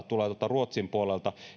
tulee ruotsin puolelta